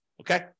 Okay